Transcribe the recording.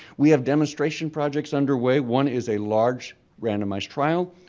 we have demonstration projects underway one is a large randomized trial,